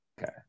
okay